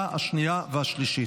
בעד, 24,